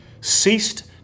ceased